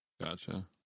Gotcha